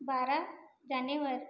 बारा जानेवार